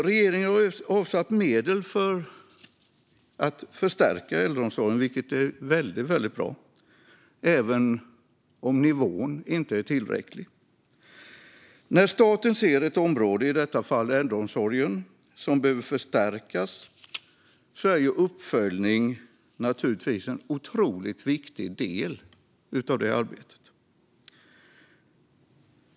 Regeringen har avsatt medel för att förstärka äldreomsorgen, vilket är väldigt bra, även om nivån inte är tillräcklig. När staten ser att ett område, i detta fall äldreomsorgen, behöver förstärkas är uppföljning naturligtvis en otroligt viktig del av arbetet.